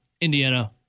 Indiana